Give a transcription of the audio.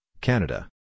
Canada